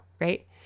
right